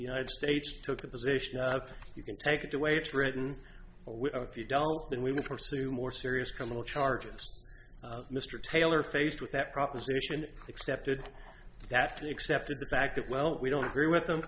united states took the position that if you can take it the way it's written or if you don't then we will pursue more serious criminal charges mr taylor faced with that proposition accepted that he accepted the fact that well we don't agree with them